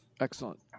Excellent